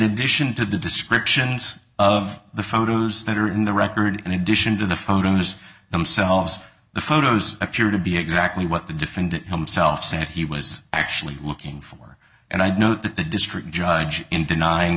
addition to the descriptions of the photos that are in the record in addition to the photos themselves the photos appear to be exactly what the defendant himself said he was actually looking for and i know that the district judge in denying